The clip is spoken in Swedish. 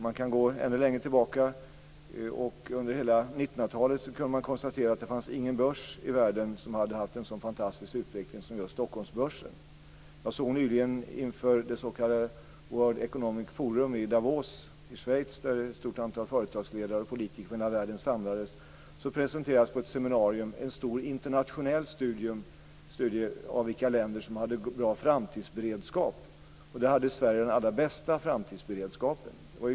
Man kan gå ännu längre tillbaka. Under hela 1990-talet kunde man konstatera att det inte fanns någon börs i världen som hade haft en så fantastisk utveckling som just Stockholmsbörsen. Inför det s.k. World Economic Forum i Davos i Schweiz, där ett stort antal företagsledare och politiker från hela världen samlades, presenterades på ett seminarium en stor internationell studie av länder som hade bra framtidsberedskap. Sverige hade den allra bästa framtidsberedskapen.